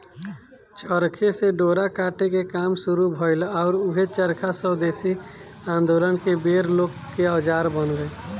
चरखे से डोरा काटे के काम शुरू भईल आउर ऊहे चरखा स्वेदेशी आन्दोलन के बेर लोग के औजार बन गईल